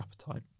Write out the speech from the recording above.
appetite